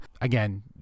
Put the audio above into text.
again